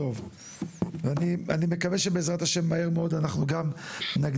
אני מקווה שבעזרת השם מהר מאוד אנחנו גם נגדיל,